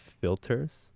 filters